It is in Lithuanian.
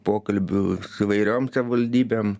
pokalbių su įvairiom savivaldybėm